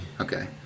Okay